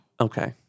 Okay